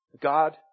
God